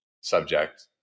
subject